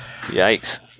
yikes